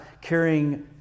carrying